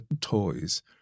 toys